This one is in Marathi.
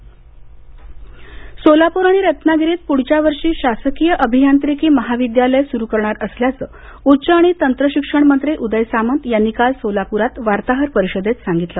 सामंत सोलापूर आणि रत्नागिरीत पूढच्या वर्षी शासकीय अभियांत्रिकी महाविद्यालय सुरू करणार असल्याचं उच्च आणि तंत्रशिक्षण मंत्री उदय सामंत यांनी काल सोलाप्रात वार्ताहर परिषदेत संगितलं